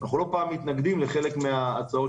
אנחנו לא פעם מתנגדים לחלק מההצעות